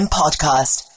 podcast